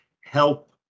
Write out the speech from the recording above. help